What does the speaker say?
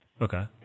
Okay